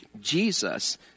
Jesus